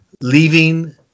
leaving